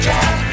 Jack